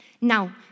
Now